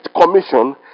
commission